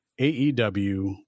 aew